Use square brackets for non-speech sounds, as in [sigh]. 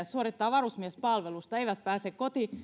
[unintelligible] suorittavat varusmiespalvelusta eivät pääse